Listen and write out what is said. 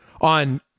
on